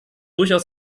durchaus